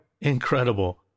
Incredible